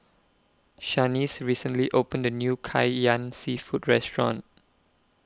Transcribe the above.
Shanice recently opened A New Kai Ian Seafood Restaurant